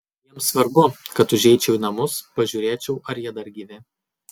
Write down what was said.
jiems svarbu kad užeičiau į namus pažiūrėčiau ar jie dar gyvi